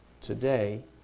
today